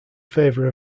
favor